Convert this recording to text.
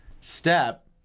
step